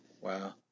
Wow